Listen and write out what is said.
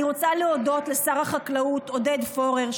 אני רוצה להודות לשר החקלאות עודד פורר,